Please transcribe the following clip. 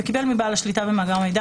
וקיבל מבעל השליטה במאגר המידע,